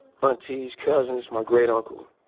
ah aunties cousins, my great uncle